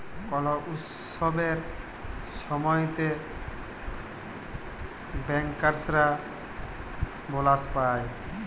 call উৎসবের ছময়তে ব্যাংকার্সরা বলাস পায়